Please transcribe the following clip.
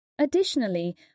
Additionally